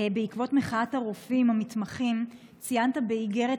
בעקבות מחאת הרופאים המתמחים ציינת באיגרת